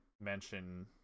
mention